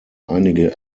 einige